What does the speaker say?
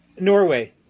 Norway